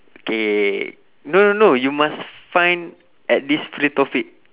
K no no no you must find at least three topic